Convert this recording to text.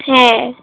হ্যাঁ